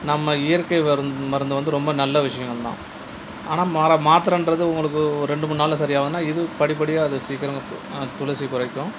நம்ம இயற்கை மருந் மருந்து வந்து ரொம்ப நல்ல விஷயங்கள் தான் ஆனால் மாறாக மாத்திரன்றது உங்களுக்கு ரெண்டு மூணு நாளில் சரியாவும்னா இது படிப்படியாக அது சீக்கிரமாக துளசி குறைக்கும்